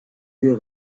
des